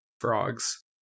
frogs